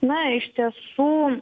na iš tiesų